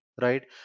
right